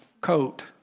coat